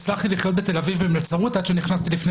הצלחתי לחיות בתל-אביב ממלצרות עד שנכנסתי לפני